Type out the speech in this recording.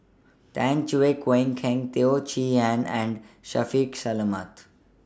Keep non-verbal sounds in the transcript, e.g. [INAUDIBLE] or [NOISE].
Tan Cheong [UNINTELLIGIBLE] Kheng Teo Chee Hean and Shaffiq Selamat